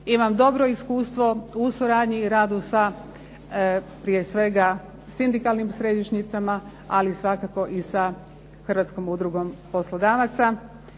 imam dobro iskustvo u suradnji i radu sa, prije svega sindikalnim središnjicama ali svakako i sa Hrvatskom udrugom poslodavaca.